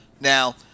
Now